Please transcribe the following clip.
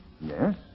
Yes